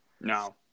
No